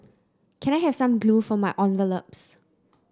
can I have some glue for my envelopes